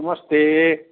नमस्ते